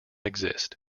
exist